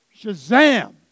Shazam